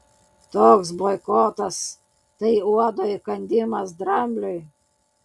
toks boikotas tai uodo įkandimas drambliui